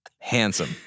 Handsome